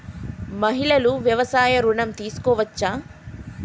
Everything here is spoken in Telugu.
మహిళలు వ్యవసాయ ఋణం తీసుకోవచ్చా?